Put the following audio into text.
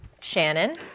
Shannon